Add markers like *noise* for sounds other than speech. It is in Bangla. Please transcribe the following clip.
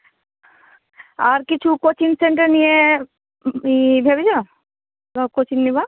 আর কিছু কোচিং সেন্টার নিয়ে ই ভেবেছো *unintelligible* কোচিং নিবা